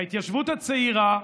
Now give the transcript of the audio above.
ההתיישבות הצעירה,